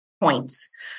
points